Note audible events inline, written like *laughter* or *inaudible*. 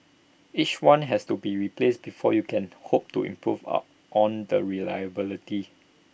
each one has to be replaced before you can hope to improve *hesitation* on the reliability